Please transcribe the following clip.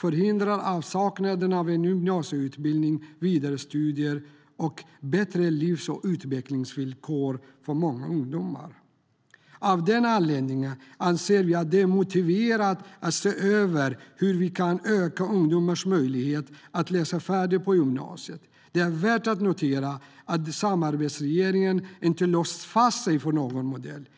förhindrar avsaknaden av en gymnasieutbildning vidare studier och bättre livs och utvecklingsvillkor för många ungdomar. Av den anledningen anser vi att det är motiverat att se över hur vi kan öka ungdomars möjlighet att läsa färdigt på gymnasiet. Det är värt att notera att samarbetsregeringen inte har låst fast sig för någon modell.